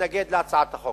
להתנגד להצעת החוק.